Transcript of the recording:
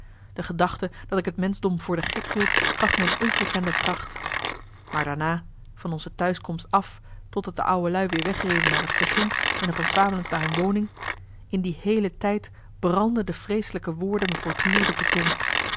de gedachte dat ik het menschdom voor de gek hield gaf me een ongekende kracht maar daarna van onze t'huiskomst af totdat de oude lui weer wegreden naar het station en de van swamelens naar hun woning in die heele tijd brandden de vreeselijke woorden me voortdurend op de tong